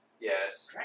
Yes